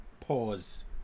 Pause